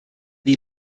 the